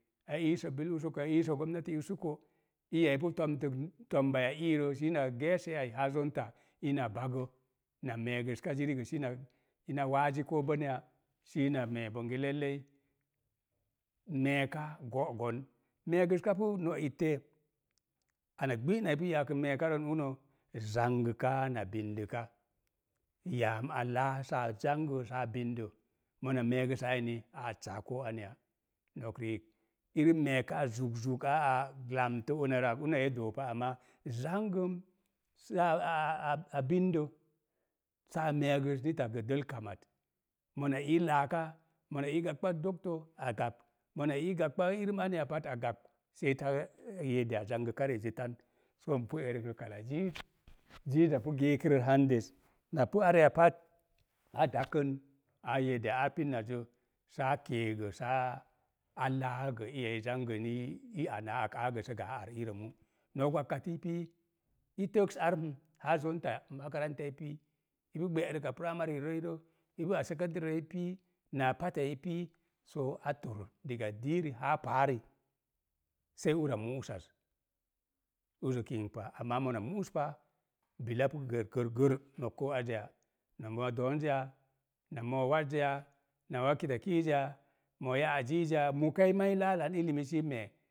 A iisə bil usuko, a iiso gomnati usuko, iya i pu tomtək toombai iya ii rə sii na gee see ai, haa ina bagə, na meegəska ziri gə sii na ko boneya, sii na mee bonge lallai, meeka go'gon. Meegəska pu no’ ittei, ana gbi'na ipu yaakən meeka rən unə, zangəka haa na yaam a laa saa zangə saa mona meegəsaa eni, a accaa ko aneya. Nok riik irəm meeka zuk zuk aa lamtə umarə ak uno e doopa, amaa zangəm, a saa meegas nita gə dəl kamat. Mona ii laaka, mona ii gagba ‘doctor’ a gagb, mona ii gagba irəm aneya a gagb, mona ii gagba irəm aneya a gagb, seeta zangəka rə ezi. Soo npu erək rə ziiz, ziiza pu geeke rə napu areya pat, a dakən a a pin naz zə saa kee gə saa laa gə iya zangə ni i anaa ak, aa gə saa ar iirə mo’. Nok wakkati pú i təgs ar m, haa makarantai pii, i pu gbe'rək a primary rəi rə ipu a secondary rəi pii, naa pat pii. soo a tor diga diiri haa paari. sai ura mu'usaz, uzə kinkpa, amaa mona mu'us pa, bila pu gərgər nok koo ajeya, na moo doonz yaa, na moo waz yaa, na waa kitakiiz yaa, na ya'aziiz yaa mukai ma i laalan